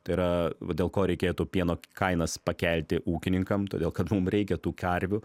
tai yra dėl ko reikėtų pieno kainas pakelti ūkininkam todėl kad mum reikia tų karvių